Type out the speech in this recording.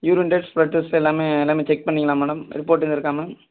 urine test blood test எல்லாம் எல்லாம் check பண்ணிங்களா மேடம் ரிப்போர்ட் எதுவும் இருக்கா மேம்